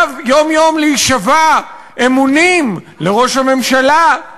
חלילה אפשר יהיה לחשוב שהממשלה עושה מניפולציות בנתונים האלה,